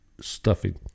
stuffing